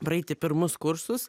praeiti pirmus kursus